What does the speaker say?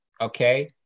Okay